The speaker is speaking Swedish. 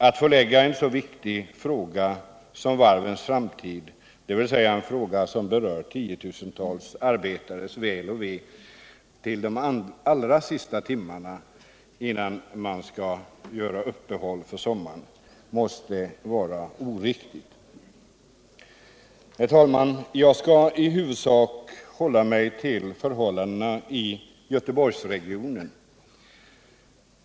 Att förlägga en så viktig fråga som varvens framtid — dvs. en fråga som berör tiotusentals arbetares väl och ve — till de allra sista timmarna innan man skall göra uppehåll för sommaren måste vara oriktigt. Herr talman! Jag skall i huvudsak hålla mig till förhållandena i Göteborgsregionen.